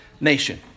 nation